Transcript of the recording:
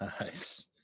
Nice